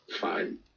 fine